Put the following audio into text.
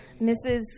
Mrs